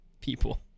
people